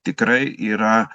tikrai yra